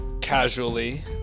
casually